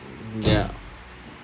ya